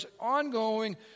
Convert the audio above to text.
ongoing